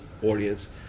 audience